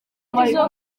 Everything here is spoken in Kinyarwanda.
kuyinywa